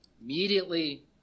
Immediately